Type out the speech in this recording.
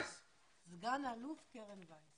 סגן אלוף קרן וייס.